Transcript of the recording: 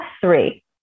three